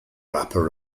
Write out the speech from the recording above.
rapper